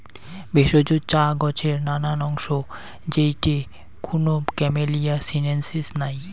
ভেষজ চা গছের নানান অংশ যেইটে কুনো ক্যামেলিয়া সিনেনসিস নাই